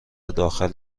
داخل